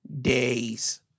days